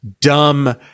dumb